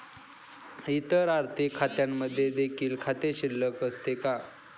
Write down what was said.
इतर आर्थिक खात्यांमध्ये देखील खाते शिल्लक असते का?